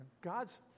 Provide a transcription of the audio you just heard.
God's